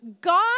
God